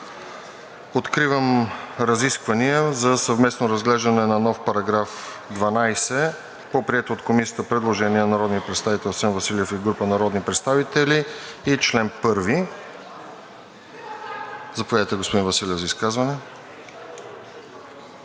Откривам разисквания за съвместно разглеждане на нов § 12 по прието от Комисията предложение на народния представител Асен Василев и група народни представители и чл. 1. Заповядайте, господин Василев, за изказване.